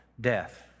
death